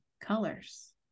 colors